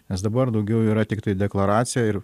nes dabar daugiau yra tiktai deklaracija ir